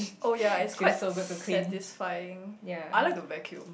oh ya it's quite satisfying I like to vacuum